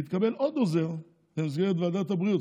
והיא תקבל עוד עוזר במסגרת ועדת הבריאות.